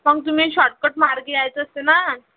पण तुम्ही शॉर्टकट मार्गे यायचं असतं ना